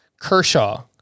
Kershaw